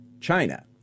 China